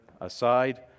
aside